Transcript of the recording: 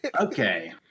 Okay